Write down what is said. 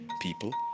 people